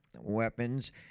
weapons